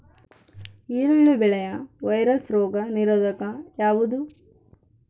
ಈರುಳ್ಳಿ ಬೆಳೆಯ ವೈರಸ್ ರೋಗ ನಿರೋಧಕ ಯಾವುದು?